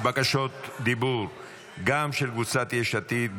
יש בקשות דיבור גם של קבוצת יש עתיד,